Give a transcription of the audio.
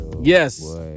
Yes